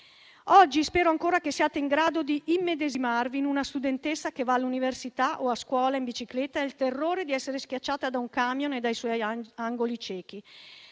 Io spero ancora che oggi siate in grado di immedesimarvi in una studentessa che va all'università o a scuola in bicicletta con il terrore di essere schiacciata da un camion e dai suoi angoli ciechi.